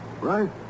right